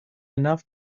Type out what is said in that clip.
enough